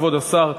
כבוד השר,